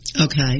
Okay